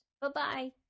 Bye-bye